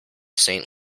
saint